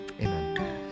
amen